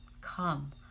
Come